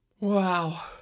Wow